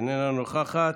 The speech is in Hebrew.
אינה נוכחת.